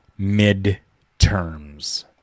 midterms